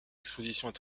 expositions